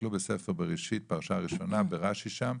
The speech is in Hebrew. תסתכלו על ספר בראשית פרשה ראשונה, ברש"י שם,